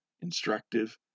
instructive